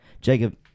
Jacob